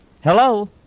Hello